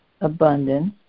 abundance